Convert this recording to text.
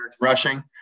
rushing